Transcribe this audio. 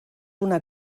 una